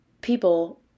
people